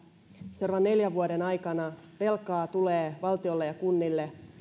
seuraavan neljän vuoden aikana velkaa tulee valtiolle ja kunnille